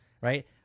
right